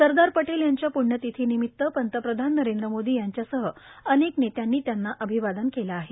सरदार पटेल यांच्या पुण्यतिथी निमित प्रधानमंत्री नरेंद्र मोदी यांच्यासह अनेक नेत्यांनी त्यांना अभिवादन केलं आहे